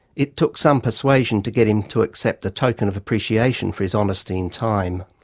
it took some persuasion to get him to accept a token of appreciation for his honesty and time.